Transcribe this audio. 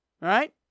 Right